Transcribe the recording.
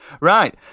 Right